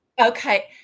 okay